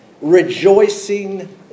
Rejoicing